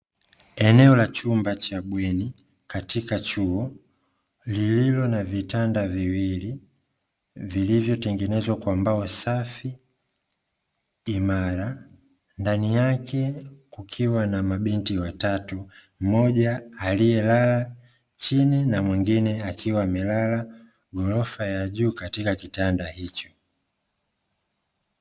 Eneo la chumba cha bweni katika chuo lililo na vitanda viwili, vilivyotengenezwa kwa mbao safi, imara, ndani yake kukiwa na mabinti watatu. Mmoja aliyelala chini, na mwingine akiwa amelala ghorofa ya juu katika kitanda hicho.